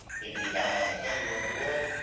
they can be found almost anywhere in the world.